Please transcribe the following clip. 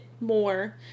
more